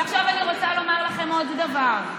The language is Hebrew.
ועכשיו אני רוצה לומר לכם עוד דבר.